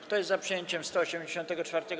Kto jest za przyjęciem 184.